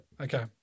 Okay